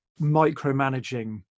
micromanaging